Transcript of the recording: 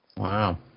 wow